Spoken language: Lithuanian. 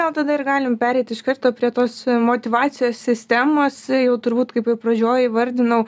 gal tada ir galim pereit iš karto prie tos motyvacijos sistemos jau turbūt kaip ir pradžioj įvardinau